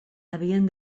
havien